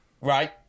Right